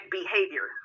behavior